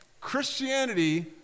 Christianity